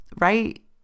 right